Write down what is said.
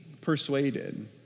persuaded